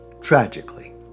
tragically